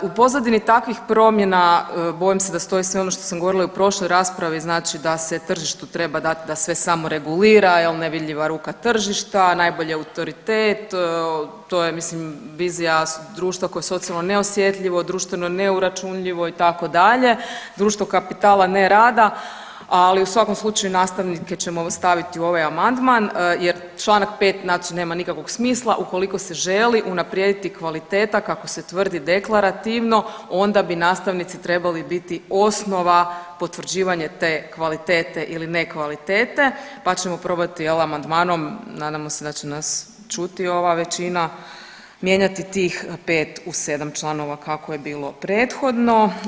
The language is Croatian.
U pozadini takvih promjena bojim se da stoji sve ono što sam govorila i u prošloj raspravi znači da se tržištu treba dati da sve samoregulira jel nevidljiva ruka tržišta, najbolji autoritet to je mislim vizija društva koje je socijalno neosjetljivo, društveno neuračunljivo itd., društvo kapitala ne rada, ali u svakom slučaju nastavnike ćemo staviti u ovaj amandman jer Članak 5. znači nema nikakvog smisla ukoliko se želi unaprijediti kvaliteta kako se tvrdi deklarativno onda bi nastavnici trebali biti osnova potvrđivanja te kvalitete ili ne kvalitete, pa ćemo probati jel amandmanom nadamo se da će nas čuti ova većina, mijenjati tih 5 u 7 članova kako je bilo prethodno.